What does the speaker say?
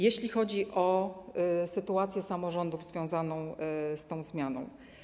Jeśli chodzi o sytuację samorządów związaną z tą zmianą.